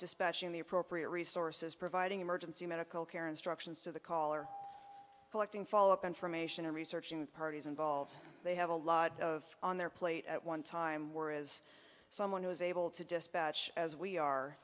dispatching the appropriate resources providing emergency medical care instructions to the caller collecting follow up information and researching the parties involved they have a lot of on their plate at one time where is someone who is able to dispatch as we are